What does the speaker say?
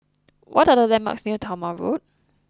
what are the landmarks near Talma Road